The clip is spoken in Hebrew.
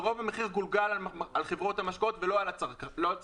ורוב המחיר גולגל על חברות המשקאות ולא על הצרכנים.